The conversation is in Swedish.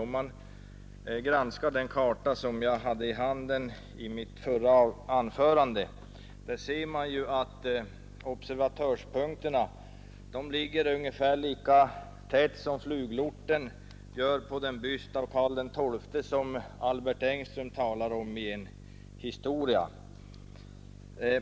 Om man granskar den karta som jag hade i handen under mitt förra anförande, ser man att observatörspunkterna söder ut ligger ungefär lika tätt som fluglorten gör på den byst av Karl XII som Albert Engström talar om i en historia.